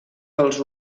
dels